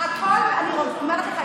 אני אומרת לך,